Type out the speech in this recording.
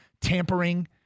tampering